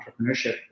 entrepreneurship